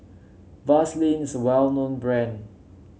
Vaselin is a well known brand